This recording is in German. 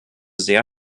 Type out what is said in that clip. sehr